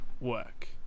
work